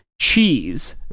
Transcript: Cheese